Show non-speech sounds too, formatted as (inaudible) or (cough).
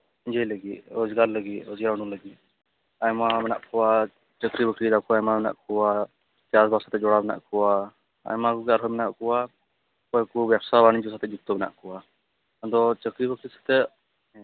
ᱤᱭᱟᱹᱭ ᱞᱟᱹᱜᱤᱫ ᱨᱳᱡᱽᱜᱟᱨ ᱞᱟᱹᱜᱤᱫ (unintelligible) ᱟᱭᱢᱟ ᱢᱮᱱᱟᱜ ᱠᱚᱣᱟ ᱪᱟᱹᱠᱨᱤ ᱵᱟᱹᱠᱨᱤᱭ ᱫᱟᱠᱚ ᱟᱭᱢᱟ ᱢᱮᱱᱜ ᱠᱚᱣᱟ ᱪᱟᱥᱼᱵᱟᱥ ᱥᱟᱛᱮᱜ ᱡᱚᱲᱟᱣ ᱢᱮᱱᱟᱜ ᱠᱚᱣᱟ ᱟᱭᱢᱟ ᱠᱚᱜᱮ ᱟᱨᱦᱚᱸ ᱢᱮᱱᱟᱜ ᱠᱚᱣᱟ ᱚᱠᱚᱭ ᱠᱚ ᱵᱮᱵᱽᱥᱟ ᱵᱟᱱᱤᱡᱡᱚ ᱥᱟᱛᱮ ᱡᱩᱠᱛᱚ ᱢᱮᱱᱟᱜ ᱠᱚᱣᱟ ᱟᱫᱚ ᱪᱟᱹᱠᱨᱤ ᱵᱟᱹᱠᱨᱤ ᱥᱟᱛᱮᱜ